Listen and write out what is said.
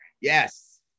Yes